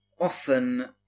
Often